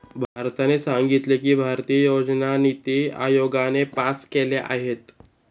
भारताने सांगितले की, भारतीय योजना निती आयोगाने पास केल्या आहेत